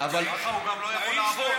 ככה הוא גם לא יכול לעבוד.